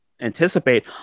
anticipate